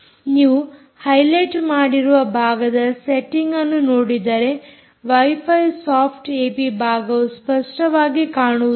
ನೀವು highlight ಮಾಡಿರುವ ಭಾಗದ ಸೆಟ್ಟಿಂಗ್ ಅನ್ನು ನೋಡಿದರೆ ವೈಫೈ ಸಾಫ್ಟ್ ಏಪಿ ಭಾಗವು ಸ್ಪಷ್ಟವಾಗಿ ಕಾಣುವುದಿಲ್ಲ